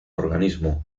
organismo